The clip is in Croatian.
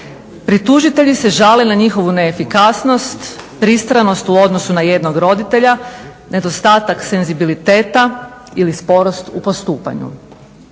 Pritužitelji se žale na njihovu neefikasnost, pristranost u odnosu na jednog roditelja, nedostatak senzibiliteta ili sporost u postupanju.